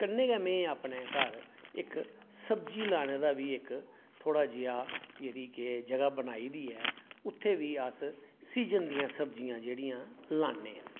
कन्नै गै में अपनै घर इक सब्जी लाने दा बी इक थोह्ड़ा जेहा जेह्ड़ी के जगह् बनाई दी ऐ उत्थै बी अस सीजन दियां सब्जियां जेह्ड़ियां लान्ने आं